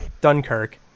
Dunkirk